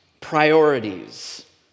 priorities